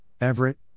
Everett